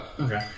Okay